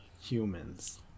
Humans